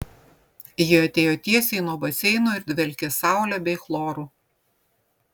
ji atėjo tiesiai nuo baseino ir dvelkė saule bei chloru